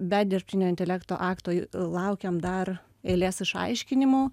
be dirbtinio intelekto akto laukiam dar eilės išaiškinimų